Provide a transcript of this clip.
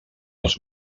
els